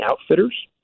outfitters